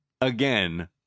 again